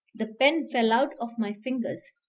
the pen fell out of my fingers,